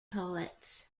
poets